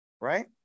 Right